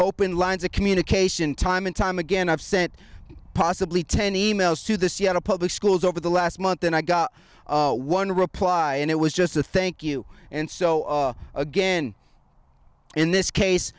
open lines of communication time and time again i've sent possibly ten emails to the seattle public schools over the last month and i got one reply and it was just a thank you and so again in this case